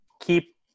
keep